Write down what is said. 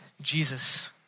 Jesus